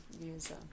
use